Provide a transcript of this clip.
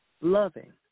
loving